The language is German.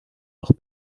noch